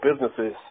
businesses